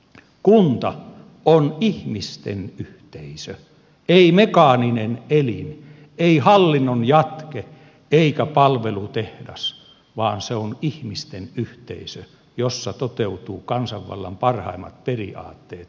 kunta on ihmisten yhteisö ei mekaaninen elin ei hallinnon jatke eikä palvelutehdas vaan se on ihmisten yhteisö jossa toteutuvat kansanvallan parhaimmat periaatteet